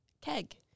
keg